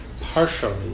partially